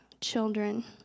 children